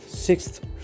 Sixth